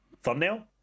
thumbnail